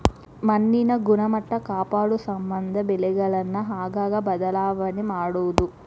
ಮಣ್ಣಿನ ಗುಣಮಟ್ಟಾ ಕಾಪಾಡುಸಮಂದ ಬೆಳೆಗಳನ್ನ ಆಗಾಗ ಬದಲಾವಣೆ ಮಾಡುದು